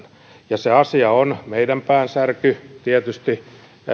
ja se asia on meidän päänsärky tietysti